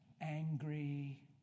angry